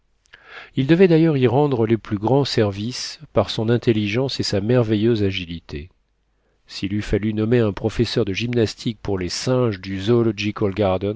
il devait d'ailleurs y rendre les plus grands services par son intelligence et sa merveilleuse agilité s'il eut fallu nommer un professeur de gymnastique pour les singes du